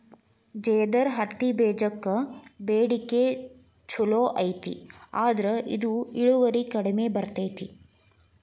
ಜೇದರ್ ಹತ್ತಿಬೇಜಕ್ಕ ಬೇಡಿಕೆ ಚುಲೋ ಐತಿ ಆದ್ರ ಇದು ಇಳುವರಿ ಕಡಿಮೆ ಬರ್ತೈತಿ